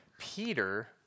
Peter